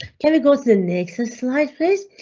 can we go to the next slide, please?